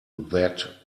that